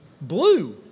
Blue